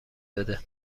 بده